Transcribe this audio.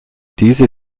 diese